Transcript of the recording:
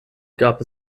gab